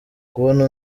kubona